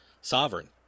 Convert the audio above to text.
sovereign